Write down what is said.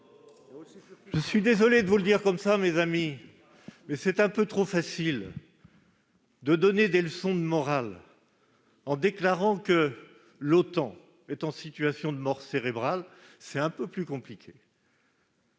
Je suis désolé de vous le dire ainsi, mes amis : c'est facile de donner des leçons de morale en déclarant que l'OTAN est en situation de mort cérébrale, mais c'est un peu plus compliqué